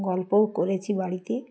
গল্পও করেছি বাড়িতে